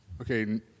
Okay